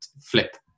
flip